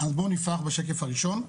(הצגת מצגת) בואו נפתח בשקף הראשון.